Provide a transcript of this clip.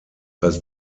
als